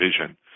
vision